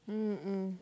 mm mm